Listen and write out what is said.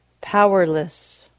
powerless